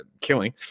killing